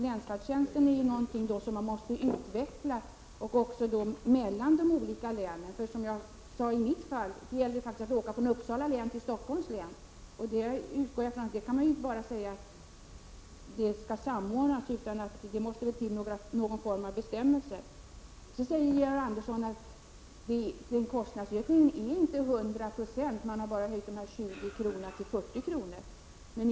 Länsfärdtjänsten är alltså någonting som man måste utveckla när det gäller resor mellan de olika länen. I det fall jag exemplifierade med gällde det en resa från Uppsala län till Stockholms län. Jag utgår från att man inte bara kan säga att färdtjänsten skall samordnas, utan det måste väl bli någon form av bestämmelser. Georg Andersson säger att kostnadsökningen inte är hundra procent utan att man bara höjt beloppet 20 kr. till 40 kr.